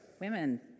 women